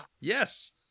Yes